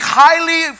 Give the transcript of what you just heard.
highly